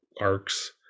arcs